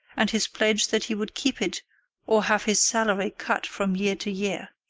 and his pledge that he would keep it or have his salary cut from year to year.